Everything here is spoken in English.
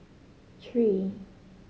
three